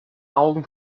augen